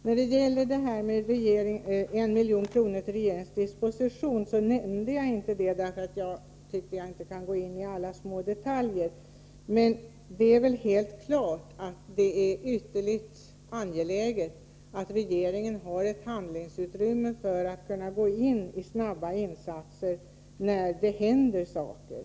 Jag tog inte upp frågan om att ställa en miljon kronor till regeringens disposion, eftersom jag tycker att jag inte kan gå in i alla små detaljer. Men det är väl helt klart att det är ytterligt angeläget att regeringen har ett handlingsutrymme för att kunna göra snabba insatser, när det händer saker.